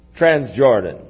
Transjordan